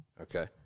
Okay